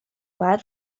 باید